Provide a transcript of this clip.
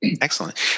Excellent